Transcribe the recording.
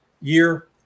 year